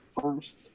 first